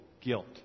guilt